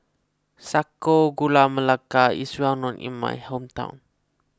Sago Gula Melaka is well known in my hometown